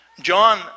John